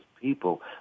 people